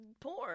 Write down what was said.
porn